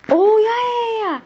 oh ya ya ya ya